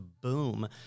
boom